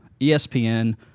ESPN